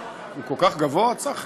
הוא כל כך גבוה, צחי?